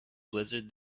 blizzard